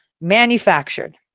manufactured